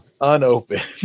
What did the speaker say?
Unopened